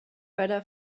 better